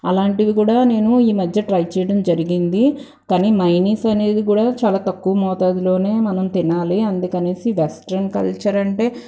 అలాంటివి కూడా నేను ఈ మధ్య ట్రై చేయడం జరిగింది కానీ మైనిస్ అనేది కూడా చాలా తక్కువ మోతాదులోనే మనం తినాలి అందుకనేసి వెస్ట్రన్ కల్చర్ అంటే